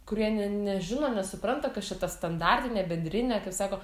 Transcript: kurie ne nežino nesupranta kas čia ta standartinė bendrinė kaip sako